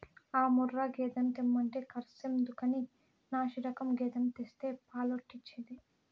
ఆ ముర్రా గేదెను తెమ్మంటే కర్సెందుకని నాశిరకం గేదెను తెస్తే పాలెట్టొచ్చేది